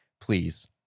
please